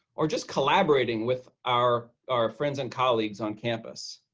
or just collaborating with our our friends and colleagues on campus.